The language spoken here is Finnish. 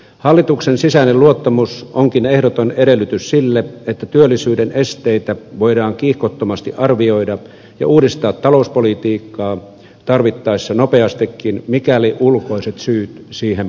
hallituksen sisäinen luottamus onkin ehdoton edellytys sille että työllisyyden esteitä voidaan kiihkottomasti arvioida ja uudistaa talouspolitiikkaa tarvittaessa nopeastikin mikäli ulkoiset syyt siihen pakottavat